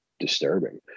disturbing